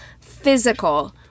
physical